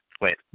Wait